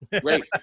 Great